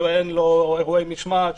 בדיקות שאין לו אירועי משמעת,